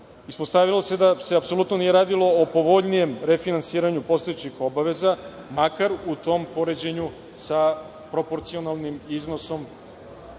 ispostavilo se da se apsolutno nije radilo o povoljnijem finansiranju postojećih obaveza, makar u tom poređenju sa proporcionalnim iznosom